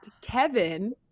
kevin